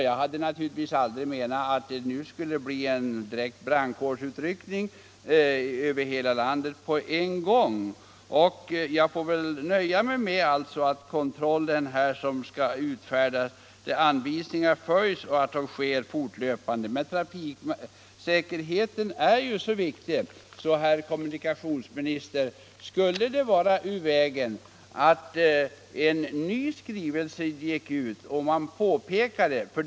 Jag har naturligtvis aldrig menat att det nu skulle bli en brandkårsutryckning över hela landet på en gång, och jag får väl nöja mig med att det sker en fortlöpande kontroll av att utfärdade anvisningar följs. Men trafiksäkerhet är så viktig, herr kommunikationsminister, att jag vill fråga: Skulle det vara ur vägen att en ny skrivelse gick ut och att man påpekade riskerna?